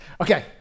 Okay